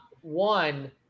one –